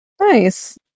Nice